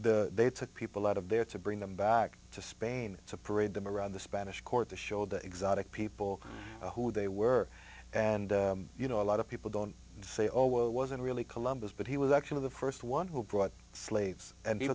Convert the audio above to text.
mean they took people out of there to bring them back to spain to parade them around the spanish court to show the exotic people who they were and you know a lot of people don't say oh well it wasn't really columbus but he was actually the first one who brought slaves and